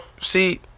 see